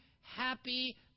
happy